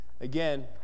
Again